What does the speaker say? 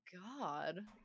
god